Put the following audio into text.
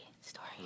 story